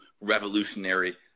revolutionary